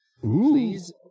please